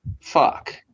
fuck